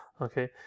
okay